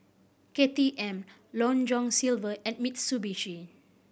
K T M Long John Silver and Mitsubishi